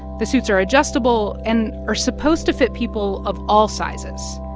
the suits are adjustable and are supposed to fit people of all sizes.